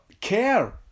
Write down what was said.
care